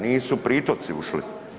Nisu pritoci ušli.